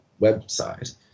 website